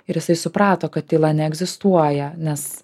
ir jisai suprato kad tyla neegzistuoja nes